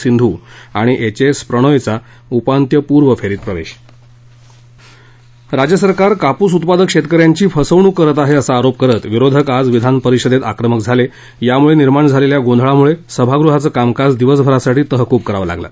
सिंधू आणि H S प्रणॉयचा उपांत्यपूर्व फेरीत प्रवेश राज्य सरकार कापूस उत्पादक शेतकऱ्यांची फसवणूक करत आहे असा आरोप करत विरोधक आज विधानपरिषदेतही आक्रमक झाले यामुळे निर्माण झालेल्या गोंधळामुळे सभागृहाचं कामकाज दिवसभरासाठी तहकूब करावं लागलं